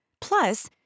Plus